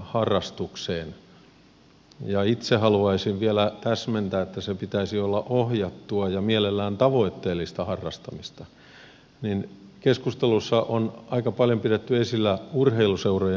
harrastukseen ja itse haluaisin vielä täsmentää että sen pitäisi olla ohjattua ja mielellään tavoitteellista harrastamista niin keskustelussa on aika paljon pidetty esillä urheiluseurojen tekemää työtä